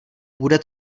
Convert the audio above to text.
bude